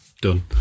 done